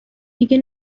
دیگه